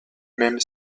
même